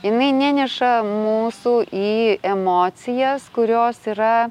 jinai neneša mūsų į emocijas kurios yra